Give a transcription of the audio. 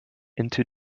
into